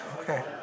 Okay